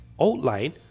outline